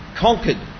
conquered